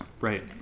Right